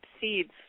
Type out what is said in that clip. seeds